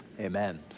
amen